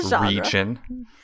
region